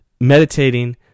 meditating